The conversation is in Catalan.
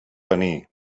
venir